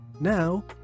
now